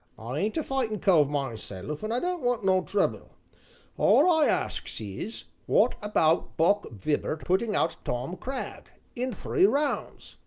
i ain't a fightin' cove myself, and i don't want no trouble all i asks is, what about buck vibart putting out tom cragg in three rounds?